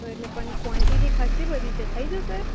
તો એટલે પણ કોન્ટિટી ખાસી બધી છે થઈ જશે